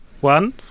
one